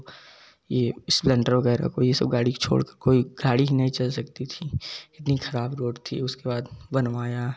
यह स्प्लेंडर वगैरह यह सब गाड़ी छोड़कर कोई गाड़ी ही नहीं चल सकती थी इतनी खराब रोड थी उसके बाद बनवाया